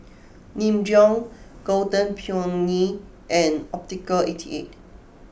Nin Jiom Golden Peony and Optical Eighty Eight